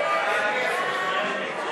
של קבוצת סיעת יש עתיד,